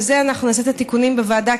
ובזה אנחנו נעשה את התיקונים בוועדה,